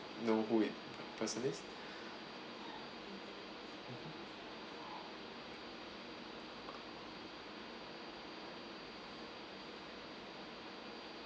know who it person is mmhmm